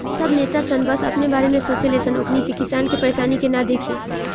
सब नेता सन बस अपने बारे में सोचे ले सन ओकनी के किसान के परेशानी के ना दिखे